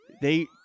They-